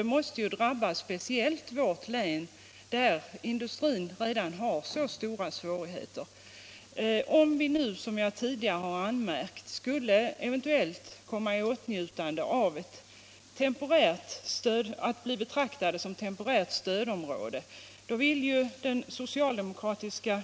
Det måste ju drabba speciellt vårt län, där industrin redan har så stora svårigheter. Som jag tidigare har anmärkt skulle vårt län eventuellt bli betraktat såsom temporärt stödområde. Men den socialdemokratiska